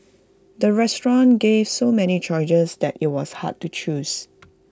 the restaurant gave so many choices that IT was hard to choose